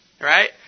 right